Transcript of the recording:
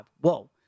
Whoa